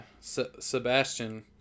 Sebastian